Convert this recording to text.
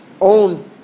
own